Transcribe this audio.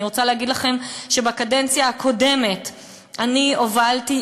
אני רוצה להגיד לכם שבקדנציה הקודמת אני הובלתי,